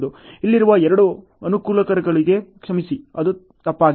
ಇಲ್ಲಿರುವ ಎರಡು ಅನಾನುಕೂಲಗಳಿಗೆ ಕ್ಷಮಿಸಿ ಅದು ತಪ್ಪಾಗಿದೆ